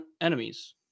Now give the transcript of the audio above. enemies